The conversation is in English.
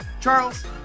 Charles